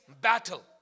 battle